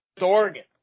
Oregon